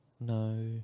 No